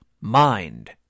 Mind